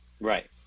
Right